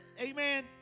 amen